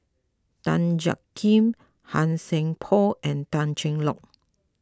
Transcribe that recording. Tan Jiak Kim Han Sai Por and Tan Cheng Lock